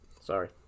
Sorry